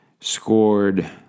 scored